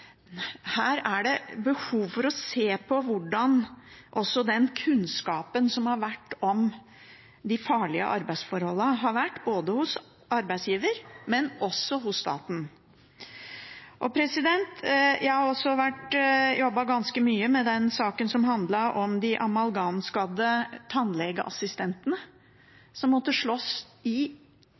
behov for også å se på hvordan kunnskapen om de farlige arbeidsforholdene har vært, ikke bare hos arbeidsgiver, men også hos staten. Jeg har også jobbet ganske mye med den saken som handlet om de amalgamskadde tannlegeassistentene som måtte slåss i